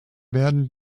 werden